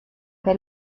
che